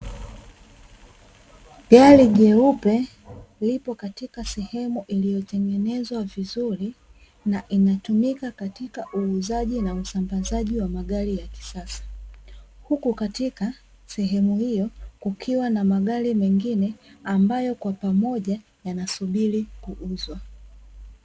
Gari jeupe lipo katika sehemu iliyo tengenezwa vizuri na inatumika katika uuzaji na usambazaji wa magari ya kisasa, Huku katika sehemu hiyo kukiwa na magari mengine ambayo kwa pamoja yanasubili kuuzwa.